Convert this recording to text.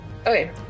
Okay